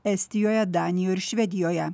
estijoje danijoje ir švedijoje